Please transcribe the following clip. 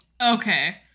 Okay